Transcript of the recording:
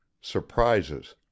Surprises